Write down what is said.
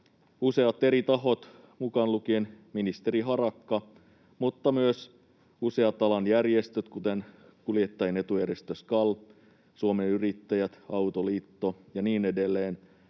useat eri tahot, mukaan lukien ministeri Harakka mutta myös useat alan järjestöt, kuten kuljettajien etujärjestö SKAL, Suomen Yrittäjät, Autoliitto ja niin edelleen,